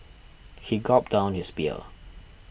he gulped down his beer